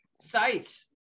sites